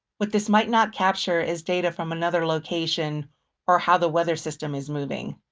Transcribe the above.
what this might not capture is data from another location or how the weather system is moving.